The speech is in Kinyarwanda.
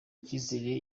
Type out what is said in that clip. icyizere